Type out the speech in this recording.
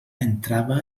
entrava